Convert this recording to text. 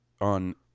on